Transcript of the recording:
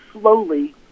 slowly